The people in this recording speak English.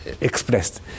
Expressed